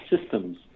systems